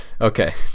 Okay